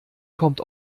kommt